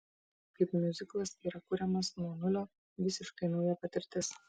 kaip miuziklas yra kuriamas nuo nulio visiškai nauja patirtis